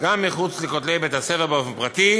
גם מחוץ לכותלי בית-הספר באופן פרטי.